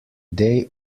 day